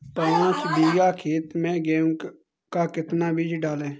पाँच बीघा खेत में गेहूँ का कितना बीज डालें?